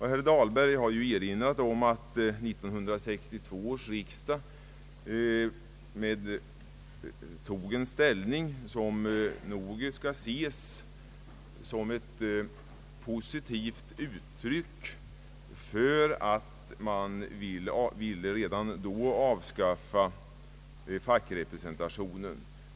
Herr Dahlberg har ju erinrat om att 1962 års riksdag tog en ställning som bör ses som ett positivt uttryck för att man redan då ville avskaffa fackrepresentationen.